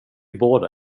båda